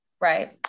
right